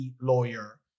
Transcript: lawyer